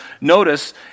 notice